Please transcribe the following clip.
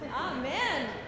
Amen